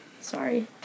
Sorry